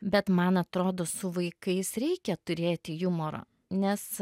bet man atrodo su vaikais reikia turėti jumorą nes